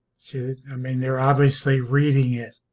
see i mean they're obviously reading it